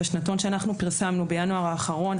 בשנתון שאנחנו פרסמנו בינואר האחרון,